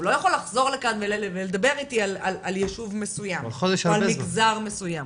הוא לא יכול לחזור לכאן ולדבר איתי על יישוב מסוים או על מגזר מסוים.